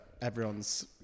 everyone's